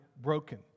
broken